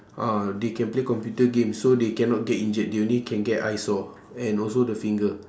ah they can play computer games so they cannot get injured they only can get eye sore and also the finger